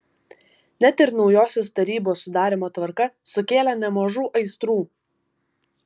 net ir naujosios tarybos sudarymo tvarka sukėlė nemažų aistrų